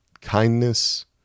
Kindness